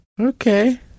Okay